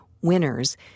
winners